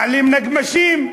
מעלים נגמ"שים.